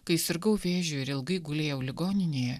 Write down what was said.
kai sirgau vėžiu ir ilgai gulėjau ligoninėje